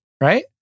right